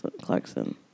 Clarkson